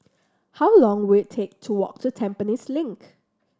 how long will it take to walk to Tampines Link